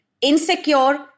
insecure